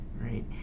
right